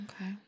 okay